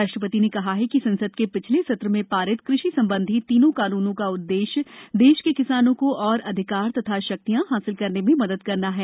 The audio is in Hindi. राष्ट्रपति ने कहा कि संसद के पिछले सत्र में पारित कृषि संबंधी तीनों कानूनों का उद्देश्य देश के किसानों को और अधिकार तथा शक्तियां हासिल करने में मदद करना है